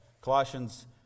Colossians